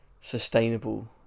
sustainable